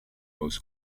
most